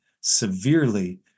severely